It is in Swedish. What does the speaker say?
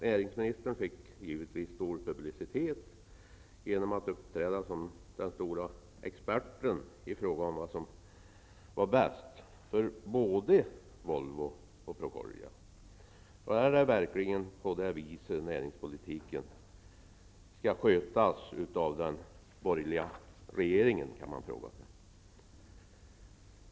Näringsministern fick givetvis stor publicitet genom att uppträda som den stora experten i fråga om vad som var bäst för både Volvo och Procordia. Man kan fråga sig om det verkligen är på det viset näringspolitiken skall skötas av den borgerliga regeringen.